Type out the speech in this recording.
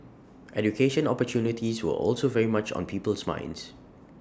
education opportunities were also very much on people's minds